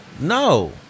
No